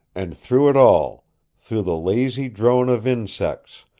and through it all through the lazy drone of insects,